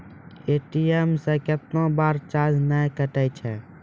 ATM से कैतना बार चार्ज नैय कटै छै?